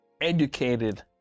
educated